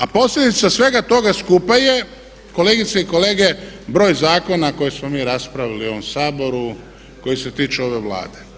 A posljedica svega toga skupa je kolegice i kolege broj zakona koje smo mi raspravili u ovom Saboru koji se tiču ove Vlade.